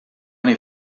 any